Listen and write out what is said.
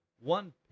One